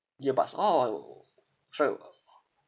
ya buts uh uh oo oo sorry uh